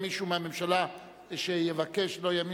אנחנו